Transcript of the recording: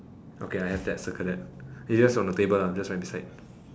okay I have that circle that it just on the paper ah just right beside